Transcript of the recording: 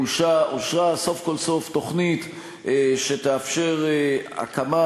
אושרה סוף כל סוף תוכנית שתאפשר הקמה,